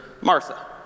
Martha